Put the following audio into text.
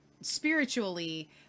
spiritually